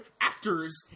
actors